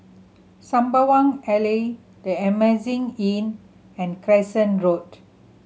Sembawang Alley The Amazing Inn and Crescent Road